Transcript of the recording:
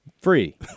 Free